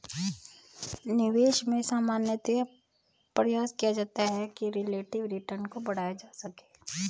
निवेश में सामान्यतया प्रयास किया जाता है कि रिलेटिव रिटर्न को बढ़ाया जा सके